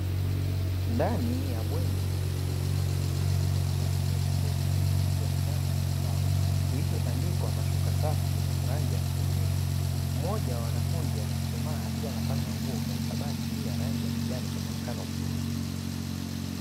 Ndani ya bweni la chuo wanafunzi wakiwa wameketi kwa utulivu juu ya kitanda cha mbao kilichotandikwa mashuka safi na yenye rangi ya kupendeza. Mmoja wa wanafunzi amechuchumaa akiwa anapanga nguo kwenye kabati ya rangi ya kijani kwa muonekano mzuri.